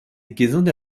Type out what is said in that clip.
gesunde